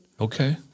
Okay